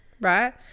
Right